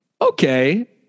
Okay